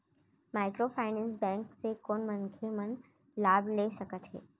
Microfinance bank से कोन मनखे मन लाभ ले सकथे?